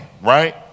right